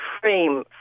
frame